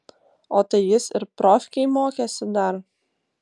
o tai jis ir profkėj mokėsi dar